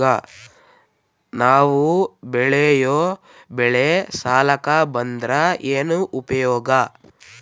ನಾವ್ ಬೆಳೆಯೊ ಬೆಳಿ ಸಾಲಕ ಬಂದ್ರ ಏನ್ ಉಪಯೋಗ?